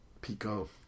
Pico